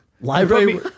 Library